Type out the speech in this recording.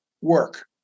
work